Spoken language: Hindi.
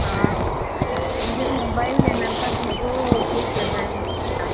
हाँ मुझे मोबाइल लेना था भीबो टू सेवेन का